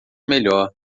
melhor